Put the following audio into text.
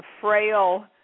Frail